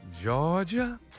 Georgia